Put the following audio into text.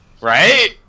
right